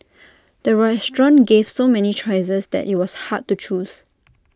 the restaurant gave so many choices that IT was hard to choose